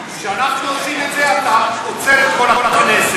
כשאנחנו עושים את זה אתה עוצר את כל הכנסת.